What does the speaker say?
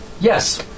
yes